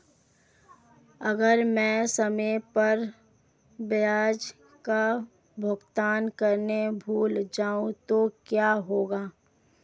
अगर मैं समय पर ब्याज का भुगतान करना भूल जाऊं तो क्या होगा?